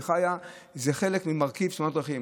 היא חיה הם חלק מהמרכיבים של תאונות דרכים.